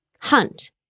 hunt